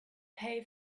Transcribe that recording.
pay